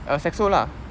eh sachso lah